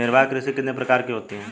निर्वाह कृषि कितने प्रकार की होती हैं?